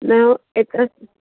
न एतिरा